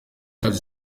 cyacu